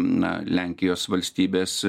na lenkijos valstybės